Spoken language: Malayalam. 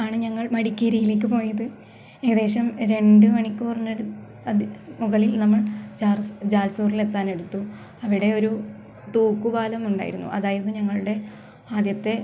ആണ് ഞങ്ങള് മടിക്കേരിയിലേക്ക് പോയത് ഏകദേശം രണ്ട് മണിക്കൂറിനടു അധി മുകളില് നമ്മള് ജാൽസൂരി ജാല്സൂരില് എത്താന് എടുത്തു അവിടെ ഒരു തൂക്കുപാലം ഉണ്ടായിരുന്നു അതായിരുന്നു ഞങ്ങളുടെ ആദ്യത്തെ